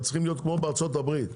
הם צריכים להיות כמו בארצות הברית,